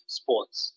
sports